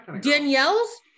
Danielle's